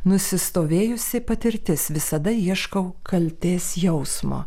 nusistovėjusi patirtis visada ieškau kaltės jausmo